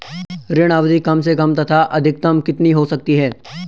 ऋण अवधि कम से कम तथा अधिकतम कितनी हो सकती है?